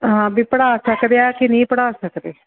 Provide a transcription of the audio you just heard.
ਹਾਂ ਵੀ ਪੜ੍ਹਾ ਸਕਦੇ ਹੈ ਕਿ ਨਹੀਂ ਪੜ੍ਹਾ ਸਕਦੇ